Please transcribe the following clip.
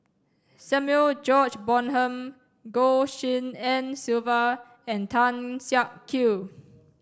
Samuel George Bonham Goh Tshin En Sylvia and Tan Siak Kew